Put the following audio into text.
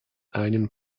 einen